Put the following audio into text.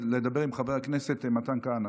נא לדבר עם חבר הכנסת מתן כהנא,